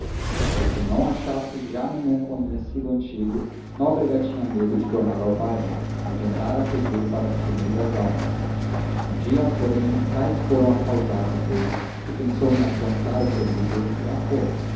posto não achasse já nenhum conhecido antigo nóbrega tinha medo de tornar ao bairro onde andara a pedir para as primeiras almas um dia porém tais foram as saudades dele que pensou em afrontar o perigo e lá foi